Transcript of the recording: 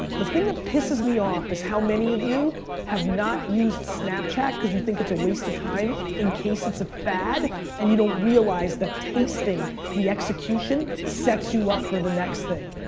the thing that pisses me off is how many of you have not used snapchat cause you think it's a waste of time in case it's a fad and you don't realize the tasting the execution sets you up for the next thing.